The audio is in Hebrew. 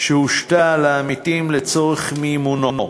שהושתה על העמיתים לצורך מימונו.